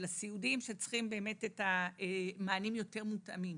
של סיעודיים שצריכים מענים יותר מותאמים.